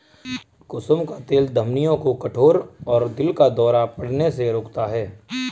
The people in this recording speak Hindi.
कुसुम का तेल धमनियों को कठोर और दिल का दौरा पड़ने से रोकता है